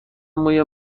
موی